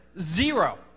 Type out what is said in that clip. Zero